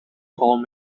phone